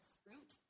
fruit